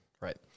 right